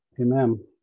Amen